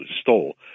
stole